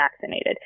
vaccinated